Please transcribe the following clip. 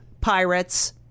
pirates